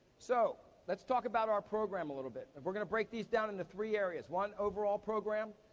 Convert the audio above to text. so, let's talk about our program a little bit. and we're gonna break these down into three areas. one, overall program.